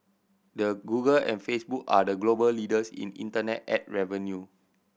the Google and Facebook are the global leaders in internet ad revenue